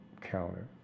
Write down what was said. counter